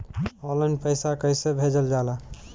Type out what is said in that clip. Online पैसा कैसे भेजल जाला?